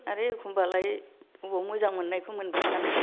आरो एखमबालाय अबाव मोजां मोन्नायखौ मोनबाय थानो